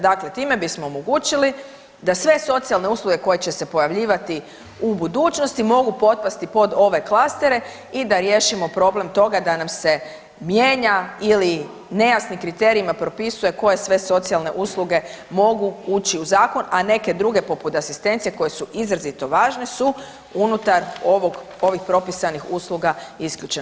Dakle, time bismo omogućili da sve socijalne usluge koje će se pojavljivati u budućnosti mogu potpasti pod ove klastere i da riješimo problem toga da nam se mijenja ili nejasnim kriterijima propisuje koje sve socijalne usluge mogu ući u zakon, a neke druge, poput asistencije, koje su izrazito važne su unutar ovog, ovih propisanih usluga isključene.